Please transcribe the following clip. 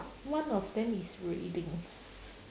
one of them is reading